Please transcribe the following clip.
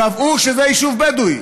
קבעו שזה יישוב בדואי.